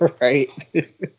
right